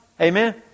Amen